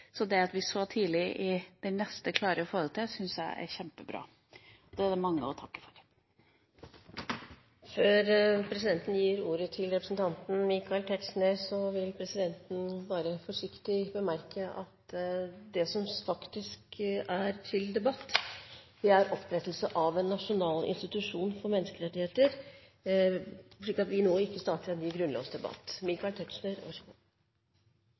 Så det at vi så tidlig – i neste periode – at vi skulle klare å få det til, syns jeg er kjempebra, og det har vi mange å takke for. Før presidenten gir ordet til representanten Michael Tetzschner, vil presidenten forsiktig bemerke at det som faktisk er til debatt, er opprettelse av en nasjonal institusjon for menneskerettigheter – slik at vi nå ikke starter en